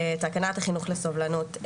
תקנת החינוך לסובלנות.